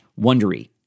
Wondery